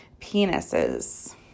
Penises